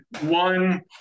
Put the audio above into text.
one